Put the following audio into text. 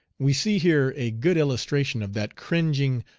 we see here a good illustration of that cringing,